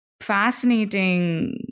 fascinating